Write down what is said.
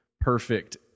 perfect